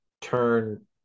turn